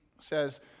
says